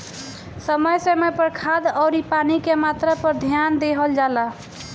समय समय पर खाद अउरी पानी के मात्रा पर ध्यान देहल जला